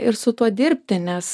ir su tuo dirbti nes